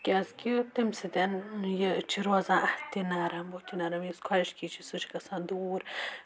کیازکہِ تمہِ سۭتۍ یہِ چھِ روزان اَتھٕ تہِ نَرٕم بُتھ تہِ نَرَم یُس خۄشکی چھِ سُہ چھِ گژھان دوٗر